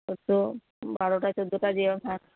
চৌদ্দো বারোটা চৌদ্দোটা যেরকম হয়